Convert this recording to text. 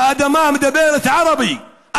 האדמה מדברת ערבית.